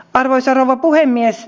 arvoisa rouva puhemies